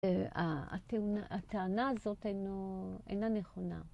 הטענה הזאת אינה נכונה.